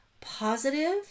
positive